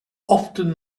often